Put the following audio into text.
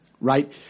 right